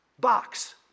box